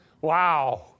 Wow